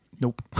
nope